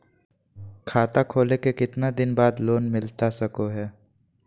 खाता खोले के कितना दिन बाद लोन मिलता सको है?